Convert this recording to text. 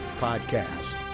Podcast